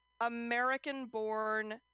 american-born